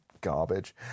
garbage